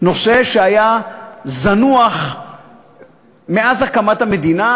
נושא שהיה זנוח מאז הקמת המדינה,